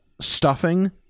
stuffing